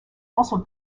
also